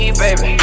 baby